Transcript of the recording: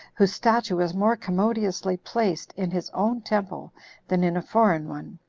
whose statue is more commodiously placed in his own temple than in a foreign one,